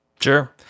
Sure